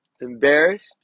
embarrassed